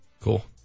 Cool